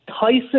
Tyson